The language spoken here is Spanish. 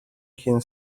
quien